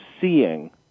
seeing